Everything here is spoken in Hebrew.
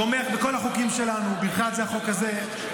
תומך בכל החוקים שלנו, ובכלל זה בחוק הזה.